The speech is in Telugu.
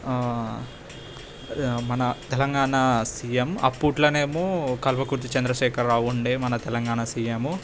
మన తెలంగాణ సీఎం అప్పట్లో ఏమో కల్వకుర్తి చందశేఖర్రావు ఉండే మన తెలంగాణ సీఎం